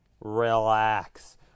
relax